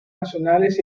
nacionales